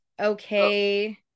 okay